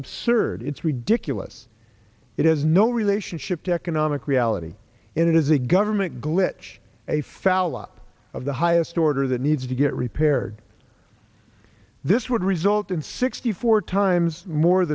absurd it's ridiculous it has no relationship to economic reality and it is a government glitch a foul up of the highest order that needs to get repaired this would result in sixty four times more